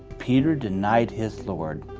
peter denied his lord.